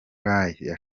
ray